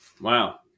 Wow